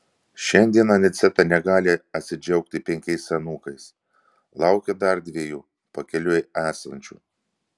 šiandien aniceta negali atsidžiaugti penkiais anūkais laukia dar dviejų pakeliui esančių